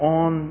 on